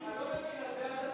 אני לא מבין,